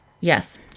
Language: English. Yes